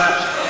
אתה צייתן.